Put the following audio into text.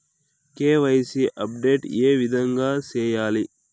KYC update ఏ విధంగా సేయాలి?